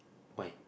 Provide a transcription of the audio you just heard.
why